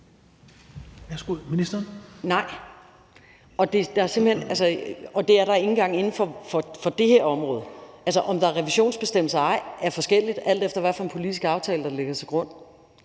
Nej, og det er det ikke engang inden for det her område. Altså, om der er revisionsbestemmelser eller ej, er forskelligt, alt efter hvilken politisk aftale der ligger til grund.